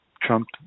Trump